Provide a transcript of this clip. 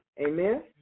Amen